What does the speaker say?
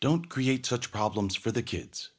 don't create such problems for the kids